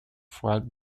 fois